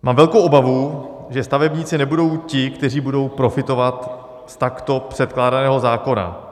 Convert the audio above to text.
Mám velkou obavu, že stavebníci nebudou ti, kteří budou profitovat z takto předkládaného zákona.